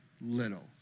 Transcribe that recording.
little